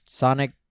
Sonic